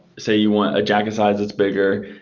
say, you want a jacket size that's bigger,